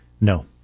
No